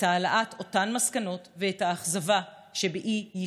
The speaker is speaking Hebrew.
את העלאת אותן מסקנות ואת האכזבה שבאי-יישומן.